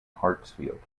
hartsfield